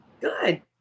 Good